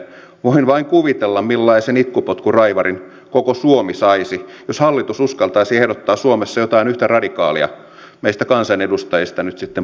voin vain kuvitella millaisen itkupotkuraivarin koko suomi saisi jos hallitus uskaltaisi ehdottaa suomessa jotain yhtä radikaalia meistä kansanedustajista nyt sitten puhumattakaan